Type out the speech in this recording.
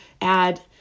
add